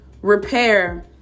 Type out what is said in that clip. repair